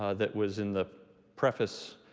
ah that was in the preface